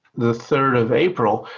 the third of april,